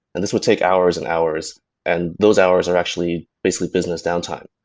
and this would take hours and hours and those hours are actually basically business downtime.